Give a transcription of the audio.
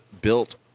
built